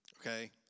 Okay